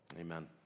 Amen